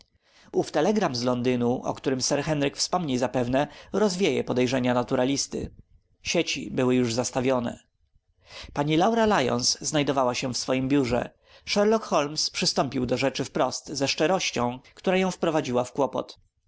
telegram z londynu o którym sir henryk wspomni zapewne rozwieje podejrzenia naturalisty sieci były już zastawione pani laura lyons znajdowała się w swojem biurze sherlock holmes przystąpił do rzeczy wprost ze szczerością która ją wprowadziła